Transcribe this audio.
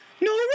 No